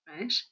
right